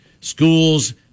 schools